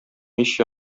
мич